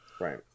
Right